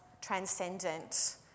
transcendent